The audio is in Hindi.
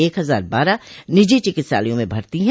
एक हजार बारह निजी चिकित्सालयों में भर्ती हैं